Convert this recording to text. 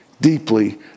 deeply